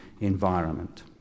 environment